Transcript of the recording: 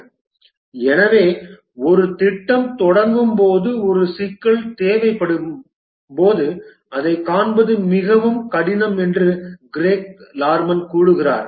" எனவே ஒரு திட்டம் தொடங்கும் போது ஒரு சிக்கல் தேவைப்படும்போது அதைக் காண்பது மிகவும் கடினம் என்று கிரேக் லார்மன் கூறுகிறார்